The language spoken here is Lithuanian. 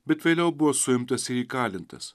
bet vėliau buvo suimtas ir įkalintas